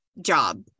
job